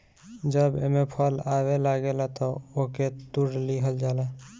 जब एमे फल आवे लागेला तअ ओके तुड़ लिहल जाला